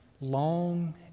long